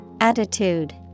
Attitude